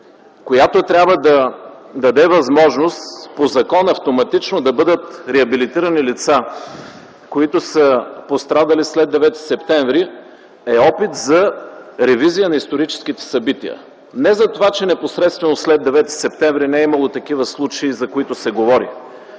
която трябва да даде възможност по закон автоматично да бъдат реабилитирани лица, които са пострадали след 9 септември, е опит за ревизия на историческите събития. Не за това, че непосредствено след 9 септември не е имало такива случаи, за които се говори,